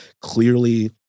Clearly